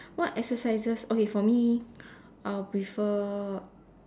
what exercises okay for me I'll prefer